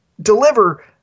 deliver